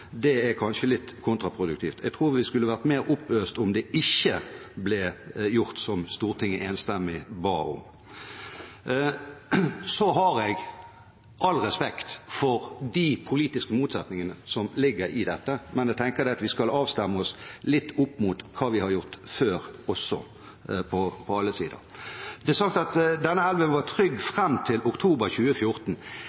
er kanskje litt kontraproduktivt. Jeg tror vi skulle vært mer oppøst om det ikke ble gjort som Stortinget enstemmig ba om. Jeg har all respekt for de politiske motsetningene som ligger i dette, men jeg tenker at vi skal avstemme oss litt opp mot hva vi har gjort før også – fra alle sider. Det er sagt at denne elven var trygg